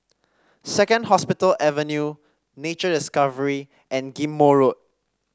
Second Hospital Avenue Nature Discovery and Ghim Moh Road